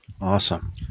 Awesome